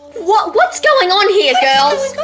what what's going on here girls